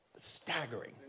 staggering